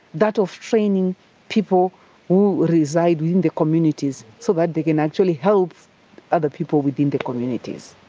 that of training people who reside within the communities so that they can actually help other people within the communities.